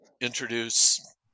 introduce